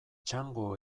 txango